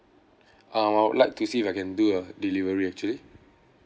um I would like to see if I can do a delivery actually